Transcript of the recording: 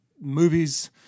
movies